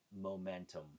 momentum